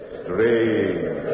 strange